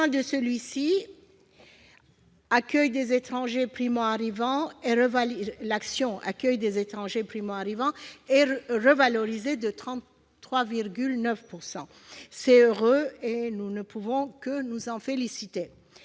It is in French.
l'accueil des étrangers primoarrivants est revalorisée de 33,9 %. C'est heureux, et nous ne pouvons que nous en féliciter.